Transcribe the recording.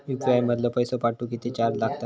UPI मधलो पैसो पाठवुक किती चार्ज लागात?